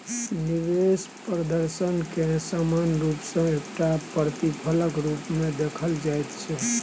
निवेश प्रदर्शनकेँ सामान्य रूप सँ एकटा प्रतिफलक रूपमे देखल जाइत छै